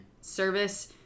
Service